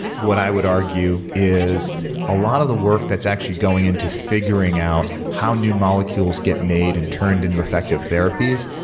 what i would argue is a lot of the work that's actually going into figuring out how new molecules get made and turned into effective therapies,